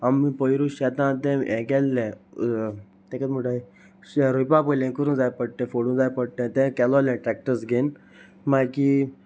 आमी पयरू शेतां तें हें केल्लें ताका म्हणटा रोयपा पयलें करूंक जाय पडटां फोडूं जाय पडटां तें केलोलें ट्रॅक्टर्स घेवन मागीर